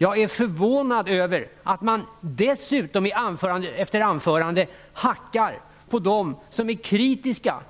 Jag är förvånad över att man dessutom i anförande efter anförande hackar på dem som är kritiska